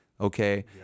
Okay